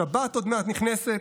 השבת עוד מעט נכנסת,